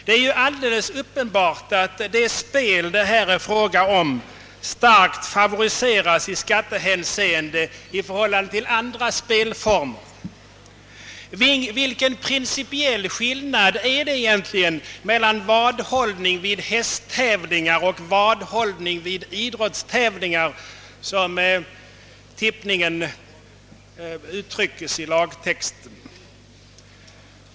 Det är ju alldeles uppenbart att det spel det här är fråga om starkt favoriseras i skattehänseende i förhållande till andra spelformer. Vilken principiell skillnad är det egentligen mellan vadhållning vid hästtävlingar och »vadhållning vid idrottstävlingar», som tippningen kallas i lagtexten?